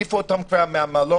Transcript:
העיפו אותם כבר מהמלון,